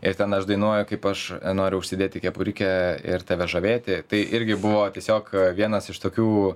ir ten aš dainuoju kaip aš noriu užsidėti kepurikę ir tave žavėti tai irgi buvo tiesiog vienas iš tokių